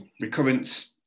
recurrence